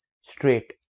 straight